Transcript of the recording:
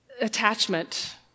attachment